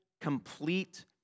complete